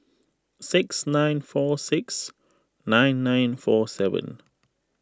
six nine four six nine nine four seven